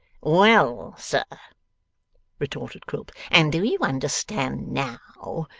well, sir retorted quilp, and do you understand now,